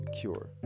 cure